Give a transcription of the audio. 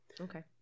Okay